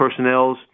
personnels